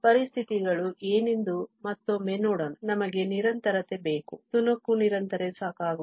ಆದ್ದರಿಂದ ಪರಿಸ್ಥಿತಿಗಳು ಏನೆಂದು ಮತ್ತೊಮ್ಮೆ ನೋಡೋಣ ನಮಗೆ ನಿರಂತರತೆ ಬೇಕು ತುಣುಕು ನಿರಂತರತೆ ಸಾಕಾಗುವುದಿಲ್ಲ ಮತ್ತು ನಮಗೆ f ಬೇಕು